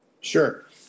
Sure